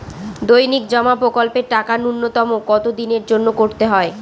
দৈনিক জমা প্রকল্পের টাকা নূন্যতম কত দিনের জন্য করতে হয়?